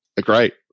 great